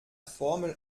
formel